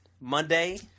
Monday